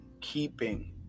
keeping